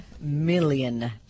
million